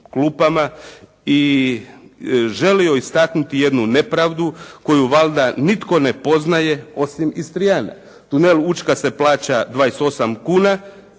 i želio istaknuti jednu nepravdu koju valjda nitko ne poznaje osim Istraijana. Tunel Učka se plaća 28 kuna